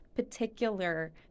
particular